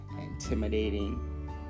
intimidating